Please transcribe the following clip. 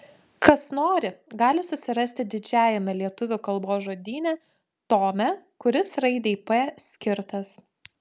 kas nori gali susirasti didžiajame lietuvių kalbos žodyne tome kuris raidei p skirtas